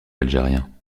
algériens